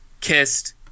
kissed